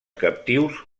captius